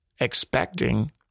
expecting